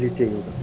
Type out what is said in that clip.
to